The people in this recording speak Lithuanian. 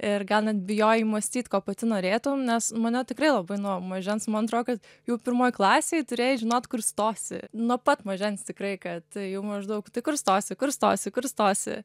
ir gal net bijojai mąstyt ko pati norėtum nes mane tikrai labai nuo mažens man atrodo kad jau pirmoj klasėj turėjai žinot kur stosi nuo pat mažens tikrai kad jau maždaug tai kur stosi kur stosi kur stosi